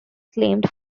claimed